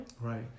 Right